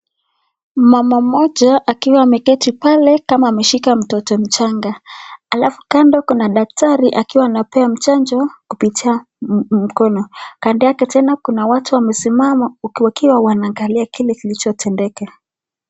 Mama mmoja akiwa ameketi pale kama ameshika mtoto mchanga. Alafu kando kuna daktari akiwa anapea chanjo kupitia mkono. Kando yake tena kuna watu wamesimama wakiwa wanaangalia kile kilichotendeka.